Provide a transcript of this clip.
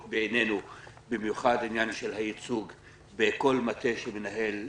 בעיקר בכל הקשור לניהול משבר.